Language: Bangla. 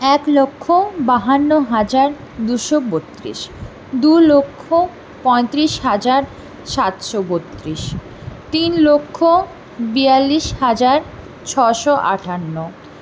এক লক্ষ বাহান্ন হাজার দুশো বত্রিশ দু লক্ষ পঁয়ত্রিশ হাজার সাতশো বত্রিশ তিন লক্ষ বিয়াল্লিশ হাজার ছয়শো আঠান্ন